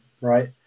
right